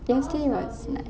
wednesday was nice